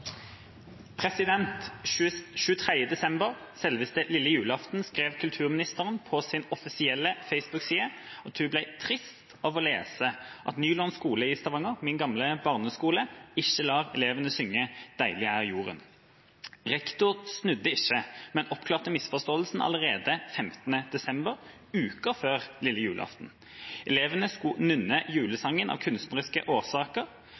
desember 2016 skrev kulturministeren på sin offisielle facebookside at hun ble trist av å lese at Nylund skole i Stavanger ikke lar elevene synge «Deilig er jorden». Rektor snudde ikke, men oppklarte misforståelsen allerede 15. desember;